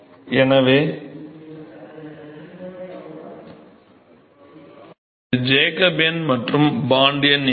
எனவே இது ஜேக்கப் எண் மற்றும் பாண்ட் எண் எங்கே